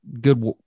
Good